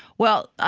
well, ah